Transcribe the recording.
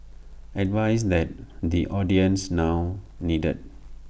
advice that the audience now needed